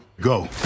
Go